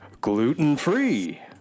gluten-free